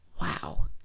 Wow